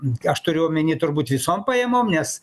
aš turiu omeny turbūt visom pajamom nes